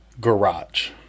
garage